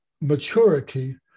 maturity